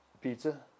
Pizza